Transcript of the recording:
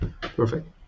Perfect